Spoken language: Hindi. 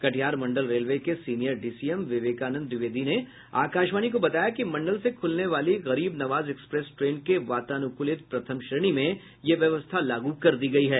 कटिहार मंडल रेलवे के सीनियर डीसीएम विवेकानंद द्विवेदी ने आकाशवाणी को बताया कि मंडल से खुलने वाली गरीब नवाज एक्सप्रेस ट्रैन के वातानुकूलित प्रथम श्रेणी में यह व्यवस्था लागू कर दी गई है